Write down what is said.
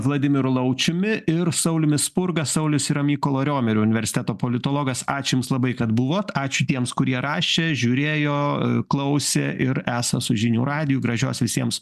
vladimiru laučiumi ir sauliumi spurga saulius yra mykolo riomerio universiteto politologas ačiū jums labai kad buvot ačiū tiems kurie rašė žiūrėjo klausė ir esą su žinių radiju gražios visiems